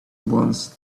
once